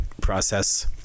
process